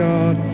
God